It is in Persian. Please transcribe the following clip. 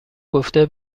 گفته